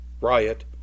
riot